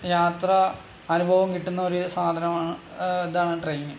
യാത്രാ അനുഭവം കിട്ടുന്നൊരു സാധനമാണ് ഇതാണ് ട്രെയിൻ